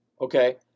okay